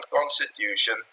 constitution